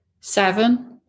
seven